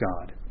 God